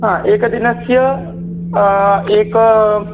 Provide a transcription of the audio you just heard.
हा एकदिनस्य एकम्